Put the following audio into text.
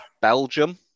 Belgium